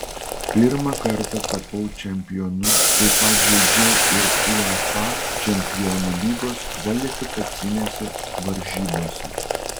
pirmą kartą tapau čempionu taip pat žaidžiau ir uefa čempionų lygos kvalifikacinėse varžybose